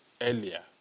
earlier